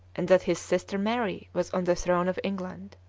and that his sister mary was on the throne of england.